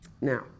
Now